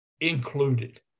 included